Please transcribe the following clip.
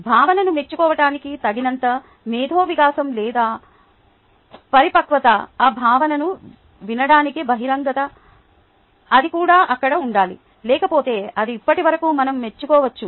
భావనను మెచ్చుకోవటానికి తగినంత మేధో వికాసం లేదా పరిపక్వత ఆ భావనను వినడానికి బహిరంగత అది కూడా అక్కడ ఉండాలి లేకపోతే అది ఇప్పటివరకు మనం మెచ్చుకోకపోవచ్చు